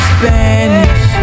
Spanish